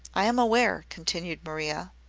i am aware, continued maria,